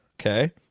Okay